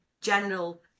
general